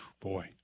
boy